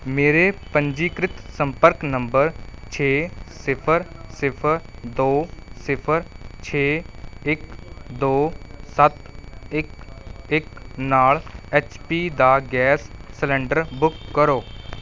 ਮੇਰੇ ਪੰਜੀਕ੍ਰਿਤ ਸੰਪਰਕ ਨੰਬਰ ਛੇ ਸਿਫ਼ਰ ਸਿਫ਼ਰ ਦੋ ਸਿਫ਼ਰ ਛੇ ਇੱਕ ਦੋ ਸੱਤ ਇੱਕ ਇੱਕ ਨਾਲ ਐਚ ਪੀ ਦਾ ਗੈਸ ਸਿਲੰਡਰ ਬੁੱਕ ਕਰੋ